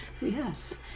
yes